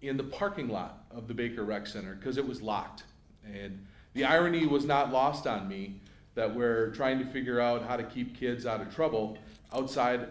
in the parking lot of the bigger rec center because it was locked and the irony was not lost on me that weare trying to figure out how to keep kids out of trouble outside